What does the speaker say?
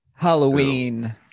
Halloween